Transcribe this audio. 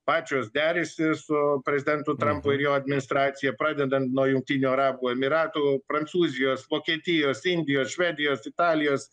pačios derisi su prezidentu trampu ir jo administracija pradedant nuo jungtinių arabų emyratų prancūzijos vokietijos indijos švedijos italijos